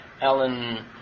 Alan